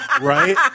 right